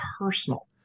personal